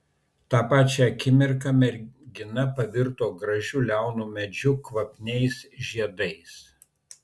tą pačią akimirka mergina pavirto gražiu liaunu medžiu kvapniais žiedais